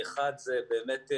האחד זה באמת,